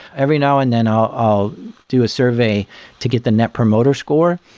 every now and then i'll do a survey to get the net promoter score,